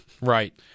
Right